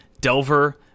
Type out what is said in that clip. delver